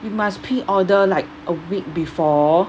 you must pre-order like a week before